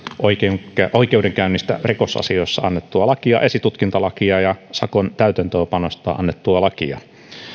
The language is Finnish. oikeudenkäynnistä rikosasioissa annettua lakia esitutkintalakia ja sakon täytäntöönpanosta annettua lakia